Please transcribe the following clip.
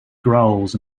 growls